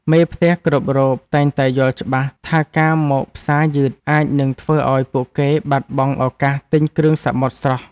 មេផ្ទះគ្រប់រូបតែងតែយល់ច្បាស់ថាការមកផ្សារយឺតអាចនឹងធ្វើឱ្យពួកគេបាត់បង់ឱកាសទិញគ្រឿងសមុទ្រស្រស់។